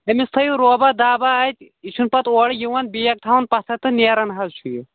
أمِس تھٲوو روبا دابا اتہِ یہِ چھُنہٕ پَتہٕ اورٕ یِوان بیٖگ تھاوان پتھٕر تہٕ نیران حظ چھُ یہِ